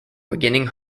beginning